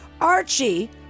Archie